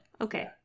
Okay